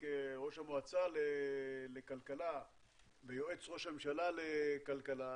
כראש המועצה לכלכלה ויועץ ראש הממשלה לכלכלה,